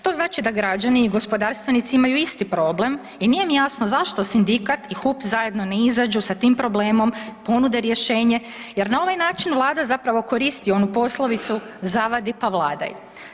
To znači da građani i gospodarstvenici imaju isti problem i nije mi jasno zašto sindikat i HUP zajedno ne izađu sa tim problemom, ponude rješenje jer na ovaj način Vlada zapravo koristi onu poslovicu, zavadi pa vladaj.